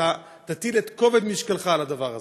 שאתה תטיל את כובד משקלך על הדבר הזה.